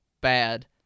bad